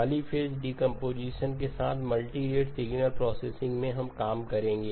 polyphase decomposition के साथ multi rate signal processing में हम काम करेंगे